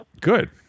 Good